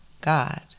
God